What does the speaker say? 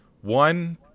One